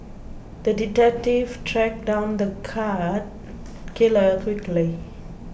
the detective tracked down the cat killer quickly